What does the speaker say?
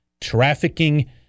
trafficking